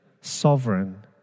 sovereign